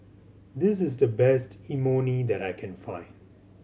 this is the best Imoni that I can find